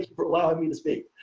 for allowing me to speak,